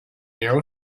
narrow